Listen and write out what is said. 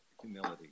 humility